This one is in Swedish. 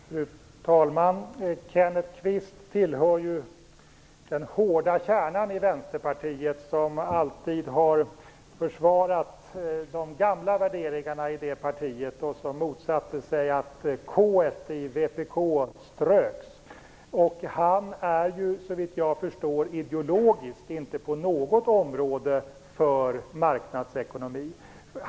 Fru talman! Kenneth Kvist tillhör den hårda kärna i Vänsterpartiet som alltid har försvarat de gamla värderingarna i det partiet och som motsatte sig att k:et i vpk ströks. Han är såvitt jag förstår ideologiskt inte för en marknadsekonomi på något område.